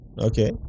Okay